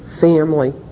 family